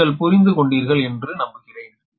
இதை நீங்கள் புரிந்து கொண்டீர்கள் என்று நம்புகிறேன்